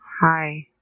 Hi